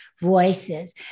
voices